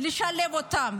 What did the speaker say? לשלב אותם?